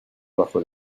bajo